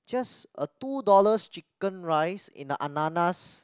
just a two dollars chicken rice in the Ananas